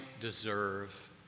deserve